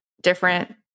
different